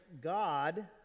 God